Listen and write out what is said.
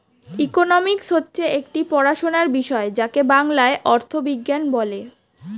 economics হচ্ছে একটি পড়াশোনার বিষয় যাকে বাংলায় অর্থবিজ্ঞান বলে